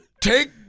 take